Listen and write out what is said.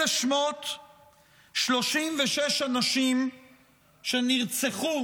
אלה שמות 36 הנשים שנרצחו